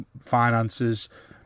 finances